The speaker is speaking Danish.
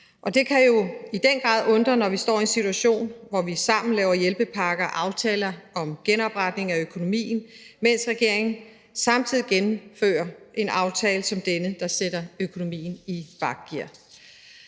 Og det kan jo i den grad undre, når vi står i en situation, hvor vi sammen laver hjælpepakker og aftaler om genopretning af økonomien, mens regeringen samtidig gennemfører en aftale som denne, der sætter økonomien i bakgear.